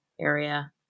area